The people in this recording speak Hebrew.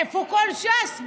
איפה כל ש"ס?